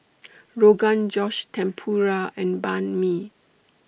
Rogan Josh Tempura and Banh MI